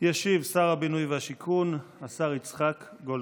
ישיב שר הבינוי והשיכון, השר יצחק גולדקנופ.